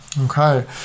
Okay